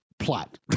Plot